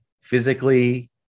physically